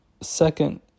second